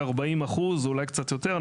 כ-40% אולי קצת יותר,